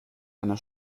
einer